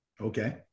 Okay